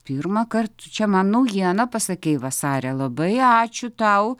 pirmąkart čia man naujieną pasakei vasare labai ačiū tau